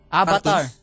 avatar